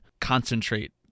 concentrate